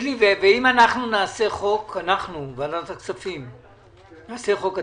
אם אנחנו בוועדת הכספים נגיש הצעת חוק,